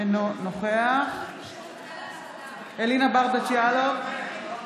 אינו נוכח אלינה ברדץ' יאלוב,